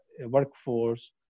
workforce